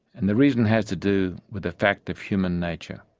and the reason has to do with a fact of human nature.